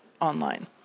online